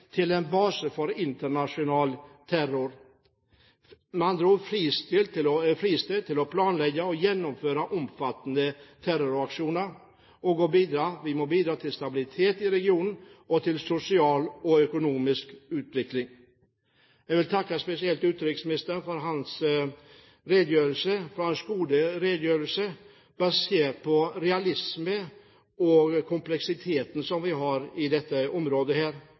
til en base for internasjonal terror, med andre ord blir et fristed til å planlegge og gjennomføre omfattende terroraksjoner. Vi må bidra til stabilitet i regionen og til sosial og økonomisk utvikling. Jeg vil takke utenriksministeren for hans gode redegjørelse basert på realisme og den kompleksiteten som vi har i dette området.